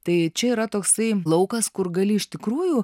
tai čia yra toksai laukas kur gali iš tikrųjų